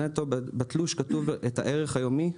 בתלוש כתוב את הערך היומי,